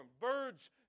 birds